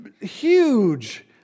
huge